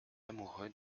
amoureux